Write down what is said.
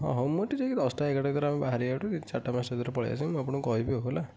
ହଁ ହଉ ମୁଁ ଯାଇକି ଦଶଟା ଏଗାରଟା ଭିତରେ ଆମେ ବାହାରିବା ଏଠୁ ଚାରିଟା ପାଞ୍ଚଟା ଭିତରେ ପଳାଇ ଆସିବା ମୁଁ ଆପଣଙ୍କୁ କହିବି ହେଲା